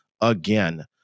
again